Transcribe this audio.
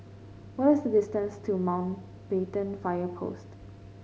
what is the distance to Mountbatten Fire Post